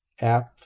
app